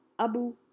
Abu